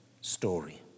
story